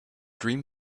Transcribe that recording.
dream